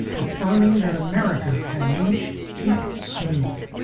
affirming that america had reached peak smooth.